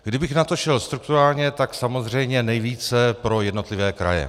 Kdybych na to šel strukturálně, tak samozřejmě nejvíce pro jednotlivé kraje.